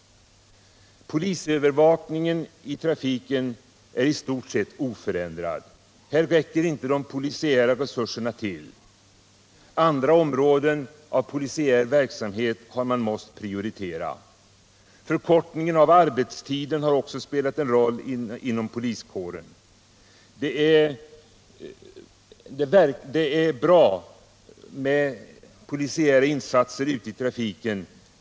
Polisövervakningen av trafiken är i stort sett oförändrad. Här räcker inte de polisiära resurserna till. Man har måst prioritera andra områden av polisiär verksamhet. Också arbetstidsförkortningen inom poliskåren har spelat en roll. Det är bra med polisiära insatser i trafiken.